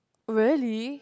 really